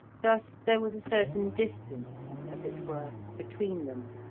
thus there was a certain distance, as it were, between them.